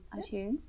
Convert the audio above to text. iTunes